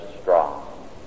strong